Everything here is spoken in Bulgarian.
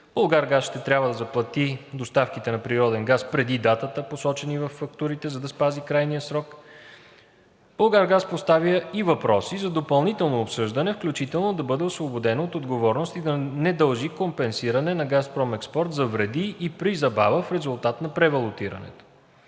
„Булгаргаз“ ще трябва да заплати доставките на природен газ преди датата, посочена във фактурите, за да спази крайния срок. „Булгаргаз“ поставя и въпроси за допълнително обсъждане, включително да бъде освободено от отговорност и да не дължи компенсиране на ООО „Газпром Експорт“ за вреди и при забава в резултат на превалутирането;